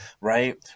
right